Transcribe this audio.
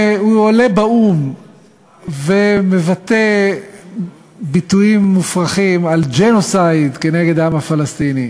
עולה באו"ם ומבטא ביטויים מופרכים על ג'נוסייד נגד העם הפלסטיני,